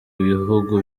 ibihugu